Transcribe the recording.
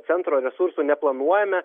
centro resursų neplanuojame